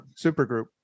Supergroup